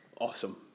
Awesome